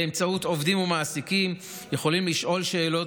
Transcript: ובאמצעותו עובדים ומעסיקים יכולים לשאול שאלות